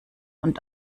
und